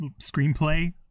screenplay